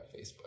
Facebook